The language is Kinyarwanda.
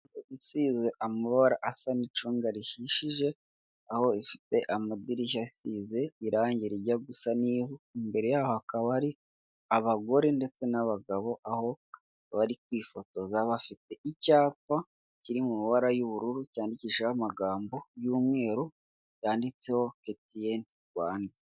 Inzu isize amabara asa n'icunga rihishije, aho ifite amadirishya asize irange rijya gusa n'ivu, imbere yaho hakaba hari abagore ndetse n'abagabo, aho bari kwifotoza bafite icyapa kiri mu mabara y'ubururu, cyandikishijeho amagambo y'umweru, yanditseho KTN Rwanda.